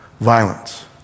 violence